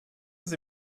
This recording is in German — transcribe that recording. sie